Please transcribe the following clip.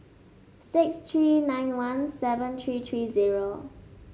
six three nine one seven three three zero